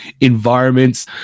environments